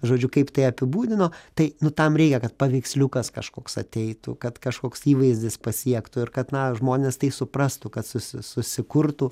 žodžiu kaip tai apibūdino tai nu tam reikia kad paveiksliukas kažkoks ateitų kad kažkoks įvaizdis pasiektų ir kad na žmonės tai suprastų kad susi susikurtų